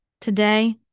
Today